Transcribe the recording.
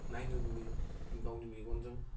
नायनो लुगैयो गावनि मेगनजों